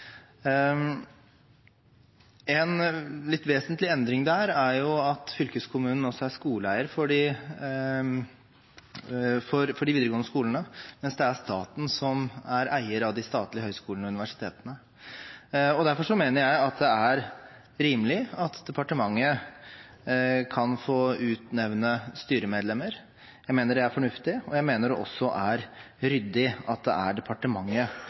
En litt vesentlig endring der er at fylkeskommunen også er eier av de videregående skolene, mens det er staten som er eier av de statlige høyskolene og universitetene. Derfor mener jeg at det er rimelig at departementet kan få utnevne styremedlemmer, jeg mener det er fornuftig, og jeg mener det også er ryddig at det er departementet